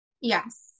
Yes